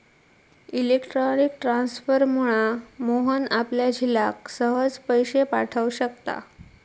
electronic ट्रांसफरमुळा मोहन आपल्या झिलाक सहज पैशे पाठव शकता